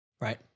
Right